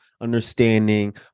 understanding